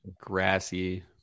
grassy